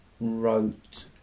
wrote